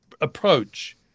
approach